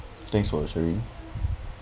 thanks for your sharing